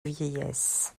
vieillesse